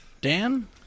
Dan